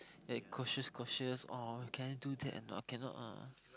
like cautious cautious oh can you do that or not cannot ah